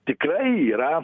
tikrai yra